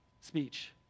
speech